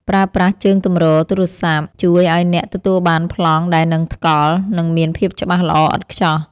ប្រើប្រាស់ជើងទម្រទូរស័ព្ទជួយឱ្យអ្នកទទួលបានប្លង់ដែលនឹងថ្កល់ និង មានភាពច្បាស់ល្អឥតខ្ចោះ។